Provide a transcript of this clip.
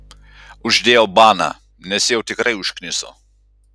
uždėjau baną nes jau tikrai užkniso